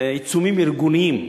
עיצומים ארגוניים,